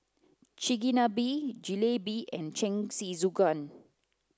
Chigenabe Jalebi and Jingisukan